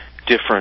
different